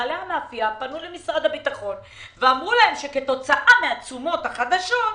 בעלי המאפייה פנו למשרד הביטחון ואמרו להם שכתוצאה מהתשומות החדשות,